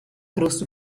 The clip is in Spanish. cruz